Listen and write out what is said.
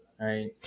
right